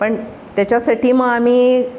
पण त्याच्यासाठी मग आम्ही